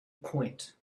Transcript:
point